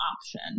option